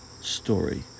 story